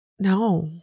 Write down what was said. no